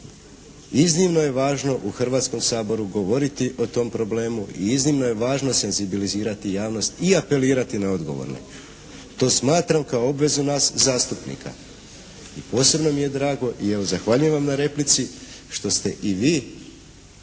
Iznimno je važno u Hrvatskom saboru govoriti o tom problemu i iznimno je važno senzibilizirati javnost i apelirati na odgovorne. To smatram kao obvezu nas zastupnika. I posebno mi je drago, i evo zahvaljujem vam na replici što ste i vi